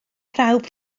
prawf